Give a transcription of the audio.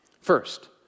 First